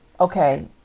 Okay